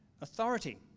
authority